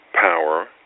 power